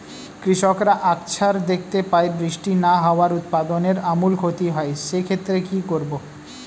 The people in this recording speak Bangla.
কৃষকরা আকছার দেখতে পায় বৃষ্টি না হওয়ায় উৎপাদনের আমূল ক্ষতি হয়, সে ক্ষেত্রে কি করব?